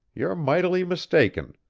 you're mightily mistaken.